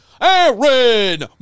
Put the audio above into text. Aaron